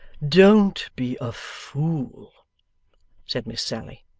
don't be a fool said miss sally.